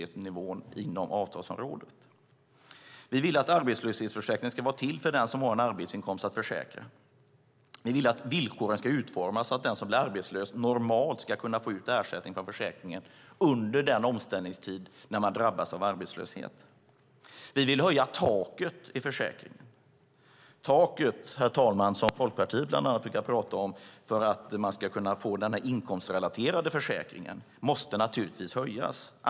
Taket, som bland annat Folkpartiet brukar prata om för att man ska kunna få den inkomstrelaterade försäkringen, måste naturligtvis höjas.